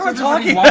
ah talking